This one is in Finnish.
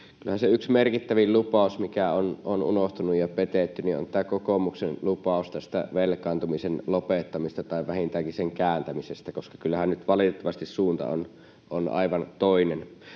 yksi merkittävin lupaus, mikä on unohtunut ja petetty, on kokoomuksen lupaus velkaantumisen lopettamisesta tai vähintäänkin sen kääntämisestä, koska kyllähän nyt valitettavasti suunta on aivan toinen.